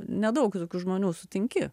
nedaug žmonių sutinki